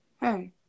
Hey